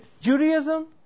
Judaism